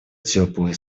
теплые